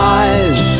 eyes